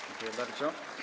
Dziękuję bardzo.